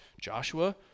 joshua